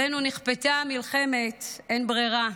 עלינו נכפתה מלחמת אין ברירה,